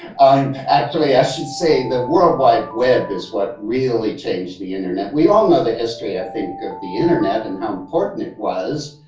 um actually, i should say the world wide web is what really changed the internet. we all know the history. i think of the internet and how important it was.